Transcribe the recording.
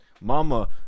Mama